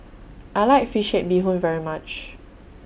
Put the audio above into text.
I like Fish Head Bee Hoon very much